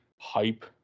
hype